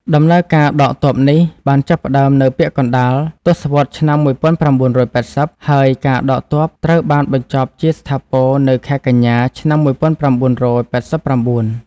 ដំណើរការដកទ័ពនេះបានចាប់ផ្តើមនៅពាក់កណ្តាលទសវត្សរ៍ឆ្នាំ១៩៨០ ហើយការដកទ័ពត្រូវបានបញ្ចប់ជាស្ថាពរនៅខែកញ្ញា ឆ្នាំ១៩៨៩។